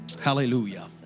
Hallelujah